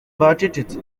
bacecetse